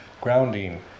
grounding